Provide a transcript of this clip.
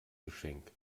geschenk